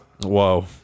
Whoa